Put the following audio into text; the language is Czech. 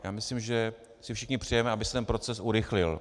Já myslím, že si všichni přejeme, aby se proces urychlil.